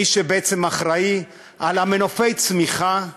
מי שבעצם אחראי למנופי הצמיחה,